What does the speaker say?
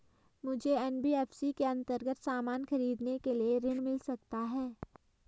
मुझे एन.बी.एफ.सी के अन्तर्गत सामान खरीदने के लिए ऋण मिल सकता है?